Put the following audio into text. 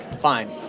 fine